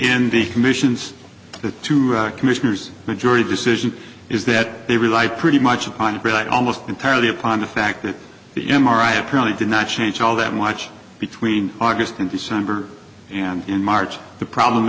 commissions the two commissioners majority decision is that they rely pretty much upon almost entirely upon the fact that the m r i apparently did not change all that watch between august and december and in march the problem